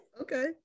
Okay